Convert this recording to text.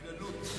גלות.